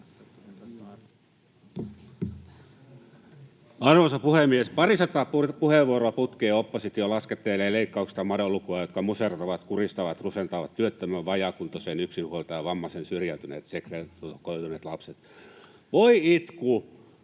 Arvoisa puhemies! Parisataa puheenvuoroa putkeen oppositio laskettelee leikkauksista madonlukuja, jotka musertavat, kuristavat, rusentavat työttömän, vajaakuntoisen, yksinhuoltajan, vammaisen, syrjäytyneet, segregoituneet lapset. Voi itku.